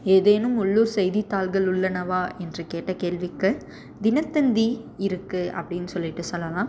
ஏதேனும் உள்ளூர் செய்தித்தாள்கள் உள்ளனவா என்று கேட்ட கேள்விக்கு தினத்தந்தி இருக்குது அப்படின்னு சொல்லிட்டு சொல்லலாம்